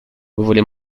voulez